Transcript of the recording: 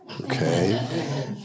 okay